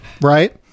Right